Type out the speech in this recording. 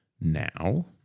now